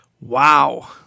Wow